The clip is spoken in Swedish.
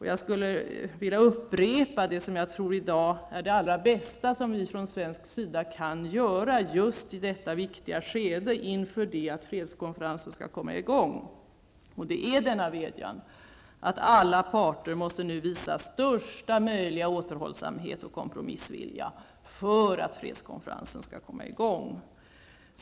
Jag skulle vilja upprepa det som jag tror är det allra bästa som vi från svensk sida kan göra just i detta viktiga skede, inför att fredskonferensen skall komma igång. Det är denna vädjan, att alla parter nu måste visa största möjliga återhållsamhet och kompromissvilja för att fredskonferensen skall komma i gång.